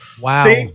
Wow